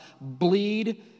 bleed